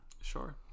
Sure